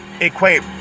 equate